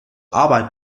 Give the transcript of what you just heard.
arbeit